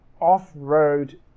off-road